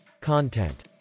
Content